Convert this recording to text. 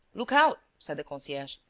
look out! said the concierge.